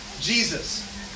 Jesus